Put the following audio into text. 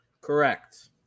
correct